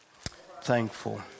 thankful